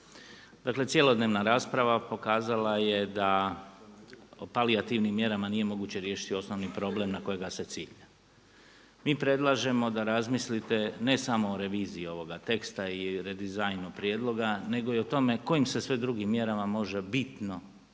Dakle, cjelodnevna rasprava pokazala je da palijativnim mjerama nije moguće riješiti osnovni problem na kojega se cilja. Mi predlažemo da razmislite ne samo o reviziji ovoga teksta i redizajnu prijedloga nego i o tome kojim se sve drugim mjerama može bitno